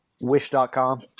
wish.com